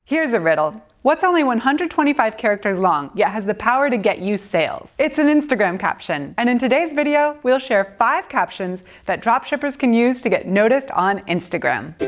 here's a riddle what's only one hundred and twenty five characters long, yet has the power to get you sales? it's an instagram caption! and in today's video, we'll share five captions that dropshippers can use to get noticed on instagram.